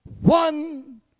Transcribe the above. one